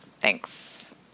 Thanks